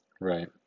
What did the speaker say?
Right